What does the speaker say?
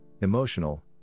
emotional